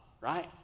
right